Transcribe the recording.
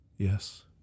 Yes